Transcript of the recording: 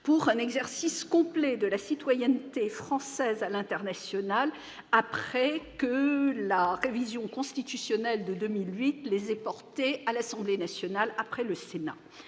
pour un exercice complet de la citoyenneté française à l'international, après que la révision constitutionnelle de 2008 a porté les Français de l'étranger à l'Assemblée nationale, après le Sénat.